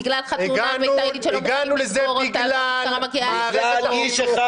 בגלל חתונה --- הגענו לזה בגלל --- בגלל איש אחד